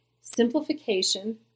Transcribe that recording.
simplification